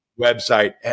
website